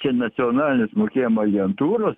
čia nacionalinės mokėjimo agentūros